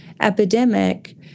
epidemic